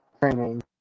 training